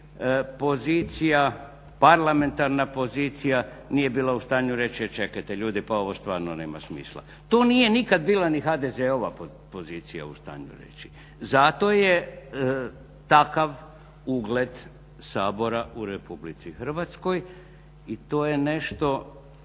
situaciji parlamentarna pozicija nije bila u stanju reći, e čekajte ljudi pa ovo stvarno nema smisla. To nikad nije bila ni HDZ-ova pozicija u stanju reći. Zato je takav ugled Sabora u RH i to je nešto